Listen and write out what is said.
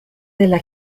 della